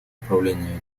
управление